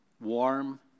warm